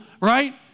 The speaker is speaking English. right